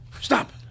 stop